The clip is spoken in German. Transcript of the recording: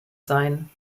sein